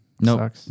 nope